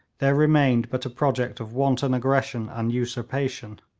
there remained but a project of wanton aggression and usurpation.